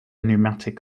pneumatic